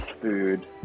food